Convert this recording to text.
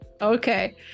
Okay